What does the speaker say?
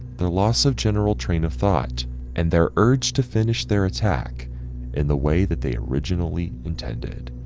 their loss of general train of thought and their urged to finish their attack in the way that they originally intended.